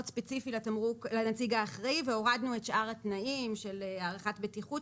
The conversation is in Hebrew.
ספציפי לנציג האחראי והורדנו את שאר התנאים של הערכת בטיחות,